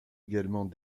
également